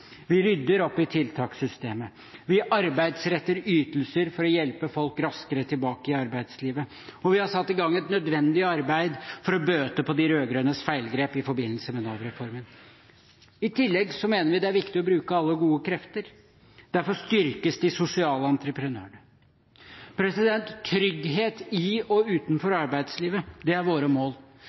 Vi rydder opp i tiltakssystemet. Vi arbeidsretter ytelser for å hjelpe folk raskere tilbake i arbeidslivet. Og vi har satt i gang et nødvendig arbeid for å bøte på de rød-grønnes feilgrep i forbindelse med Nav-reformen. I tillegg mener vi det er viktig å bruke alle gode krefter. Derfor styrkes de sosiale entreprenørene. Trygghet i og utenfor arbeidslivet er vårt mål.